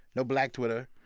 no black twitter,